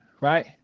right